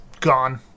gone